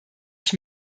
ich